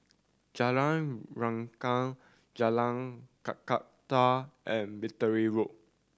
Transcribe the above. Jalan Rengkam Jalan Kakatua and Battery Road